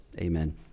Amen